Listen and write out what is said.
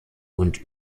und